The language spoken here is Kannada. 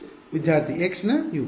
ವಿದ್ಯಾರ್ಥಿ x ನ U